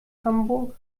hamburg